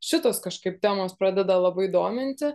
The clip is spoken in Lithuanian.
šitos kažkaip temos pradeda labai dominti